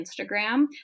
Instagram